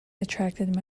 attracted